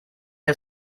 wir